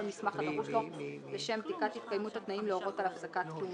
כל מסמך הדרוש לו לשם בדיקת התקיימות התנאים להורות על הפסקת הכהונה.